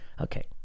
Okay